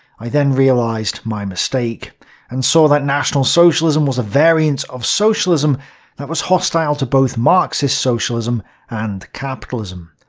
i then realized my mistake and saw that national socialism was a varien t of socialism that was hostile to both marxist-socialism and capitalism.